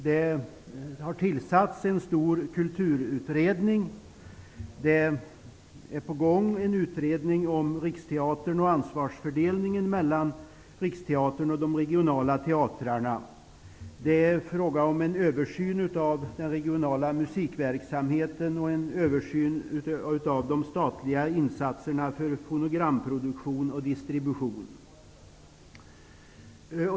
Det har tillsatts en stor kulturutredning och man har på gång en utredning om Riksteatern och ansvarsfördelningen mellan Riksteatern och de regionala teatrarna. Det är fråga om en översyn av den regionala musikverksamheten och av de statliga insatserna för fonogramproduktion och - distribution.